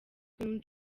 queen